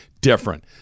different